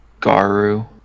Garu